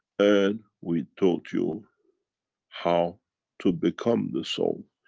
and we taught you how to become the soul,